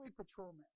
patrolman